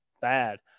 bad